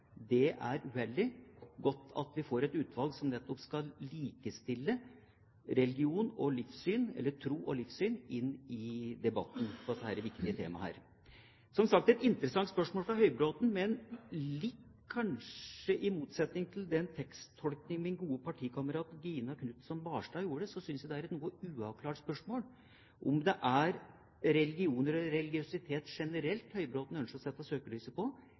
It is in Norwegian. Det er uheldig. Det er godt at vi får et utvalg som nettopp skal likestille tro og livssyn i debatten om disse viktige temaene. Det er, som sagt, et interessant spørsmål fra Høybråten. Men jeg synes – kanskje i motsetning til den teksttolkning min gode partikamerat Gina Knutson Barstad gjorde – at det er et noe uavklart spørsmål om det er religioner eller religiøsitet generelt Høybråten ønsker å sette søkelyset på,